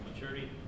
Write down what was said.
maturity